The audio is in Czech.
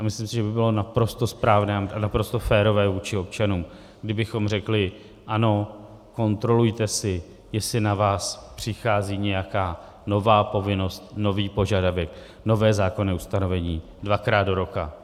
A myslím si, že by bylo naprosto správné a naprosto férové vůči občanům, kdybychom řekli ano, kontrolujte si, jestli na vás přichází nějaká nová povinnost, nový požadavek, nové zákonné ustanovení, dvakrát do roka.